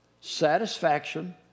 satisfaction